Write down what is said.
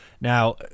Now